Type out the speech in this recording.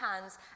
hands